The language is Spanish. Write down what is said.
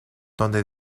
donde